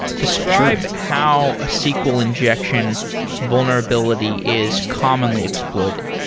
describe how a sql injection vulnerability is commonly exploited.